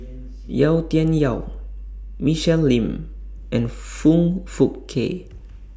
Yau Tian Yau Michelle Lim and Foong Fook Kay